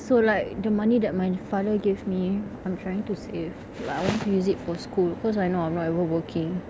so like the money that my father gave me I'm trying to save but I want to use it for school cause I know I'm not even working